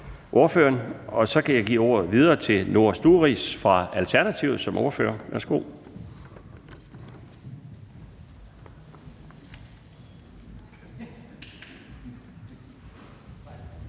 Så kan jeg give ordet videre til Noah Sturis fra Alternativet som ordfører. Værsgo.